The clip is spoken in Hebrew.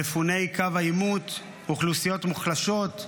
מפוני קו העימות, אוכלוסיות מוחלשות,